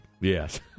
yes